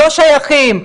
לא שייכים,